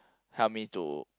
help me to